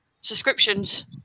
subscriptions